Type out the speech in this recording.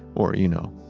or you know,